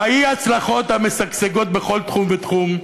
באי-הצלחות המשגשגות בכל תחום ותחום,